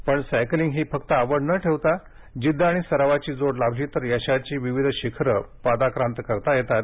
पण सायकलिंग ही फक्त आवड ना ठेवता जिद्द आणि सरावाची जोड लाभली तर यशाची विविध शिखरे पादाक्रांत करता येतात